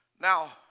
Now